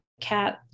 cat